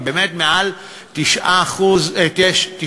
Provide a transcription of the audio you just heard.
באמת מעל תשעה חודשים,